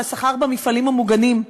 על השכר במפעלים המוגנים.